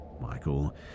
Michael